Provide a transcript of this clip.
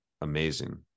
amazing